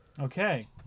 Okay